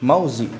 माउजि